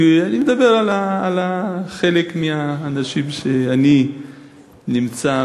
כי אני מדבר על חלק מהאנשים שאני נמצא,